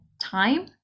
time